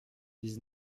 dix